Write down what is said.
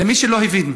למי שלא הבין: